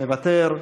מוותר,